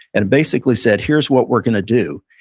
and basically said, here's what we're going to do.